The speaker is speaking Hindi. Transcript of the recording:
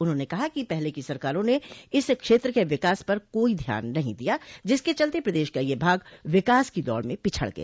उन्होंने कहा कि पहले की सरकारों ने इस क्षेत्र के विकास पर कोई ध्यान नहीं दिया जिसके चलते प्रदेश का यह भाग विकास की दौड़ में पिछड़ गया